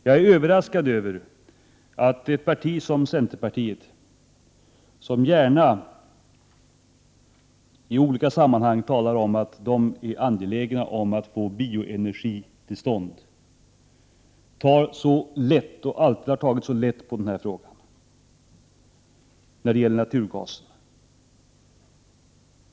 Jag är överraskad över att ett parti som centerpartiet, som gärna i olika sammanhang talar om att man är angelägen om att få bioenergi till stånd, alltid tagit så lätt på frågorna om naturgasen.